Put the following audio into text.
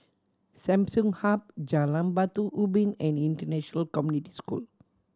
Samsung Hub Jalan Batu Ubin and International Community School